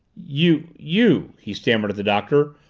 you you, he stammered at the doctor.